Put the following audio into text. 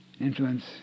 Influence